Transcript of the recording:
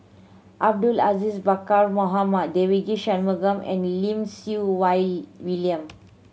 Abdul Aziz Pakkeer Mohamed Devagi Sanmugam and Lim Siew Wai William